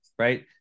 Right